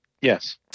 Yes